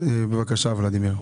בבקשה ולדימיר.